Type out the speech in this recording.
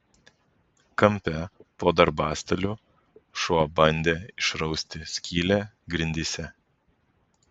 kampe po darbastaliu šuo bandė išrausti skylę grindyse